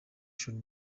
should